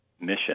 mission